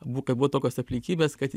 bu kad buvo tokios aplinkybės kad